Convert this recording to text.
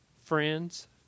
friends